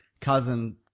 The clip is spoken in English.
cousin